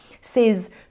says